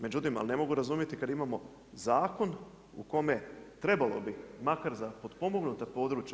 Međutim, ali ne mogu razumjeti kada imamo zakon u kome trebalo bi makar za potpomognuta područja.